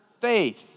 faith